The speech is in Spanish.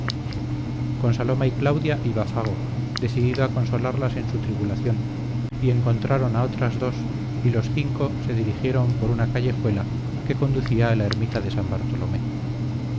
con saloma y claudia iba fago decidido a consolarlas en su tribulación y encontraron a otras dos y los cinco se dirigieron por una callejuela que conducía a la ermita de san bartolomé